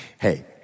Hey